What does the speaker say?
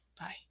bye